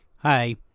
Hi